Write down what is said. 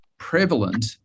prevalent